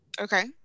Okay